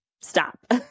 Stop